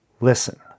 Listen